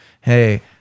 hey